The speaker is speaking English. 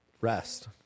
Rest